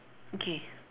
okay